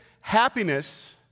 happiness